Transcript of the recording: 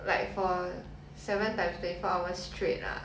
like for seven times twenty four hours straight lah